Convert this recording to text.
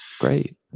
great